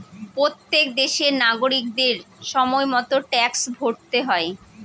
প্রত্যেক দেশের নাগরিকদের সময় মতো ট্যাক্স ভরতে হয়